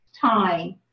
time